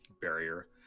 barrier